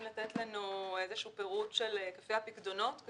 לתת לנו איזשהו פירוט של היקפי הפיקדונות.